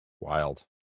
Wild